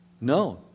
No